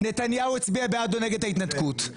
נתניהו הצביע בעד או נגד ההתנתקות?